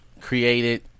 created